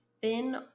thin